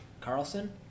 Carlson